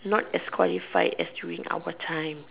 not as qualified as during our time